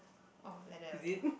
ah like that only eh